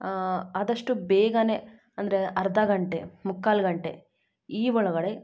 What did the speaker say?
ಆದಷ್ಟು ಬೇಗನೆ ಅಂದರೆ ಅರ್ಧ ಗಂಟೆ ಮುಕ್ಕಾಲು ಗಂಟೆ ಈ ಒಳಗಡೆ